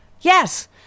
yes